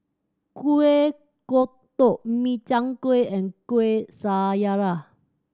Kuih Kodok Min Chiang Kueh and Kuih Syara